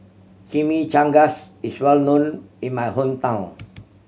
chimichangas is well known in my hometown